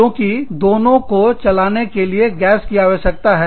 क्योंकि दोनों को चलने के लिए गैस की आवश्यकता है